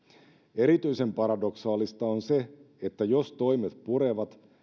erityisen paradoksaalista on se että jos toimet purevat